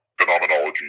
phenomenology